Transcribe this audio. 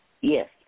Yes